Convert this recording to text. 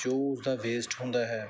ਜੋ ਉਸਦਾ ਵੇਸਟ ਹੁੰਦਾ ਹੈ